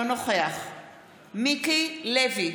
מיקי לוי,